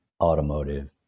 automotive